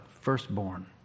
firstborn